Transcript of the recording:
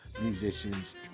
musicians